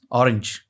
orange।